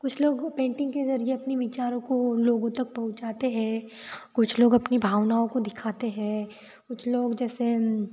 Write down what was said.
कुछ लोग पेंटिंग के ज़रिए अपने विचारों को लोगों तक पहुँचाते हैं कुछ लोग अपनी भावनाओं को दिखाते हैं कुछ लोग जैसे